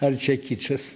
ar čia kičas